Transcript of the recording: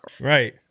Right